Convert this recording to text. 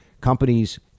companies